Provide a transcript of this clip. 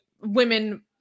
women